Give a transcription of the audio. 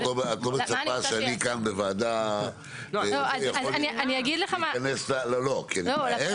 את לא מצפה שאני יכול להיכנס בוועדה כי אני מתאר